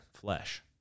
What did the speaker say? flesh